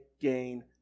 gain